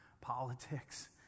politics